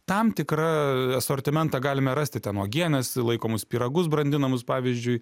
tam tikrą asortimentą galime rasti ten uogienes laikomus pyragus brandinamus pavyzdžiui